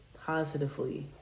positively